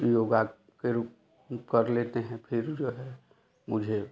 योगा के रूप कर लेते हैं फिर जो है मुझे